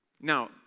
Now